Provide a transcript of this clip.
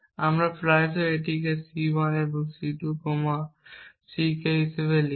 আমরা প্রায়শই এটিকে C 1 কমা C 2 কমা C k হিসাবে লিখি